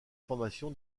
formation